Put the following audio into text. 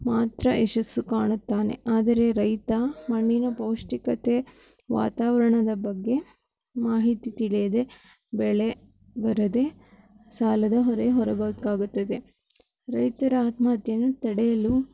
ಮಾತ್ರ ಯಶಸ್ಸು ಕಾಣುತ್ತಾನೆ ಆದರೆ ರೈತ ಮಣ್ಣಿನ ಪೌಷ್ಠಿಕತೆ ವಾತಾವರಣದ ಬಗ್ಗೆ ಮಾಹಿತಿ ತಿಳಿಯದೇ ಬೆಳೆ ಬರದೇ ಸಾಲದ ಹೊರೆ ಹೊರಬೇಕಾಗುತ್ತದೆ ರೈತರ ಆತ್ಮಹತ್ಯೆಯನ್ನು ತಡೆಯಲು